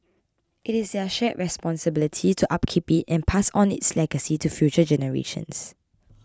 it is their shared responsibility to upkeep it and pass on its legacy to future generations